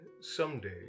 someday